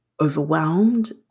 overwhelmed